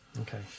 okay